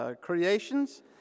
Creations